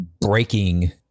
breaking